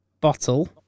bottle